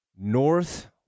North